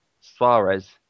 Suarez